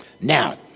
Now